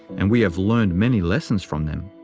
and we have learned many lessons from them.